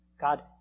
God